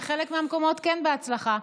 ובחלק מהמקומות כן בהצלחה,